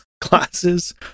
classes